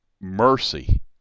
mercy